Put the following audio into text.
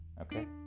okay